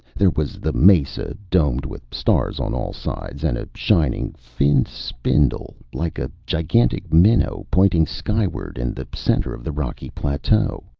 there was the mesa, domed with stars on all sides and a shining, finned spindle, like a gigantic minnow, pointing skyward in the center of the rocky plateau.